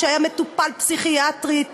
שהיה מטופל פסיכיאטרית